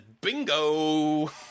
bingo